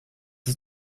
ist